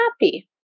happy